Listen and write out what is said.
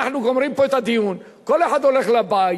אנחנו גומרים פה את הדיון, כל אחד הולך הביתה,